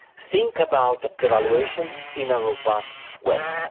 think about the valuation in a robust way,